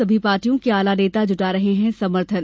सभी पार्टियों के आला नेता जुटा रहे हैं समर्थन